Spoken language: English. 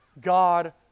God